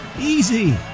Easy